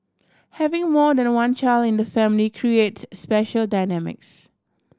having more than one child in the family creates special dynamics